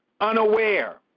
unaware